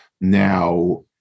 Now